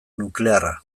nuklearra